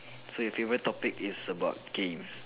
so your favorite topic is about games